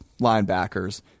linebackers